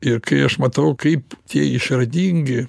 ir kai aš matau kaip tie išradingi